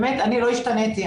אני לא השתניתי,